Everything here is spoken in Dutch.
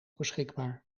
beschikbaar